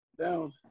down